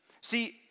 See